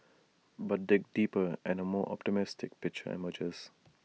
but dig deeper and A more optimistic picture emerges